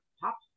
top